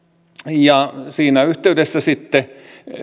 ja siinä yhteydessä sitten